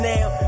Now